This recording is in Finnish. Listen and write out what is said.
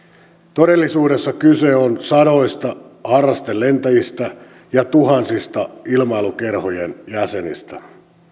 todellisuudessa kyse on sadoista harrastelentäjistä ja tuhansista ilmailukerhojen jäsenistä